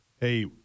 hey